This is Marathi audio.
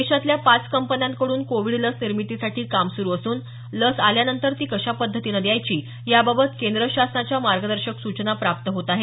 देशातल्या पाच कंपन्यांकडून कोविड लस निर्मितीसाठी काम सुरु असून लस आल्यानंतर ती कशा पद्धतीनं द्यायची याबाबत केंद्र शासनाच्या मार्गदर्शक सूचना प्राप्त होत आहेत